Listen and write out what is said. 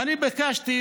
ואני ביקשתי